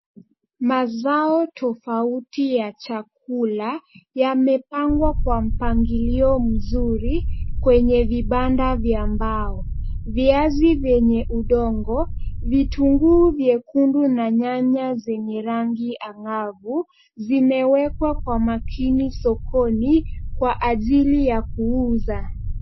Mazao tofauti ya chakula yamepangwa kwa mpangilio mzuri kwenye vibanda vya mbao. Viazi vyenye udongo , vitunguu vyekundu na nyanya zenye rangi angavu zimewekwa kwa makini sokoni kwa ajili ya kuuza.